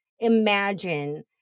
imagine